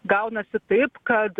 gaunasi taip kad